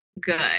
good